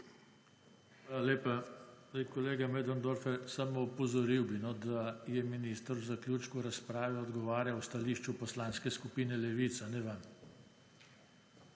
Hvala lepa. Zdaj, kolega Möderndorfer, samo opozoril bi, da je minister v zaključku razpravljal o stališču Poslanske skupine Levica ne vam.